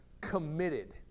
committed